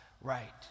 right